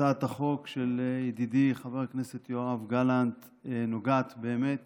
הצעת החוק של ידידי חבר הכנסת יואב גלנט נוגעת באמת